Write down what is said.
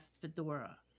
fedora